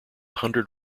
hundred